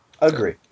Agree